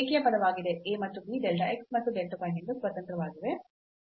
a ಮತ್ತು b delta x ಮತ್ತು delta y ಯಿಂದ ಸ್ವತಂತ್ರವಾಗಿವೆ